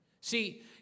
See